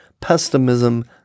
pessimism